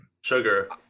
Sugar